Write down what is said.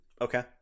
Okay